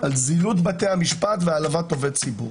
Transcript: על זילות בתי המשפט והעלבת עובד ציבור.